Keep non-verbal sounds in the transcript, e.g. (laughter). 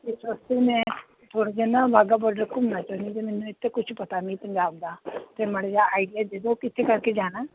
(unintelligible) ਮੈਂ ਥੋੜ੍ਹਾ ਜਿਹਾ ਨਾ ਬਾਘਾ ਬੋਡਰ ਘੁੰਮਣਾ ਚਾਹੁੰਦੀ ਅਤੇ ਮੈਨੂੰ ਇੱਥੇ ਕੁਛ ਪਤਾ ਨਹੀਂ ਪੰਜਾਬ ਦਾ ਅਤੇ ਮਾੜਾ ਜਿਹਾ ਆਈਡੀਆ ਦੇ ਦਿਓ ਕਿੱਥੇ ਕਰਕੇ ਜਾਣਾ